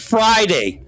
Friday